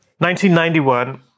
1991